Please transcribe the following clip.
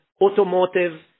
automotive